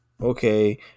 Okay